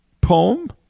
poem